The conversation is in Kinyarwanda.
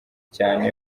cyane